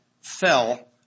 fell